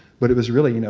but it was really, you know